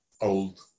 old